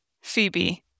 Phoebe